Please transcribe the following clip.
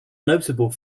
notable